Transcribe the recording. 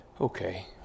Okay